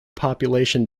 population